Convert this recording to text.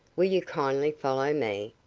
will you kindly follow me?